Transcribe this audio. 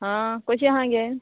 आ कशी आहा गे